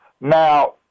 now